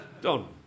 Don